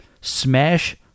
Smash